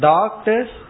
Doctors